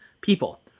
people